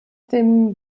dem